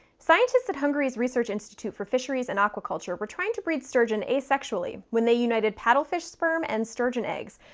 scientists at hungary's research institute for fisheries and aquaculture were trying to breed sturgeon asexually when they united paddlefish sperm and sturgeon eggs,